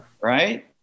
right